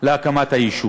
להקמת היישוב.